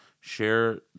Share